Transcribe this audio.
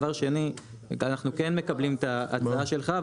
דבר שני אנחנו כן מקבלים את ההצעה שלך,